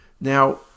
Now